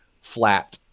flat